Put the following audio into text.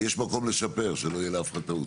יש מקום לשפר, שלא יהיה לאף אחד טעות.